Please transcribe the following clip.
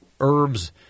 herbs